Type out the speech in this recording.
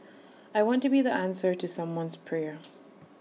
I want to be the answer to someone's prayer